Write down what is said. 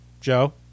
Joe